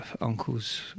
uncle's